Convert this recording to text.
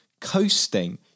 coasting